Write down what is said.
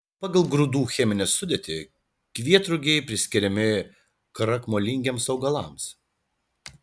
pagal grūdų cheminę sudėtį kvietrugiai priskiriami krakmolingiems augalams